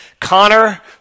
Connor